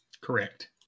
Correct